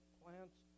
plants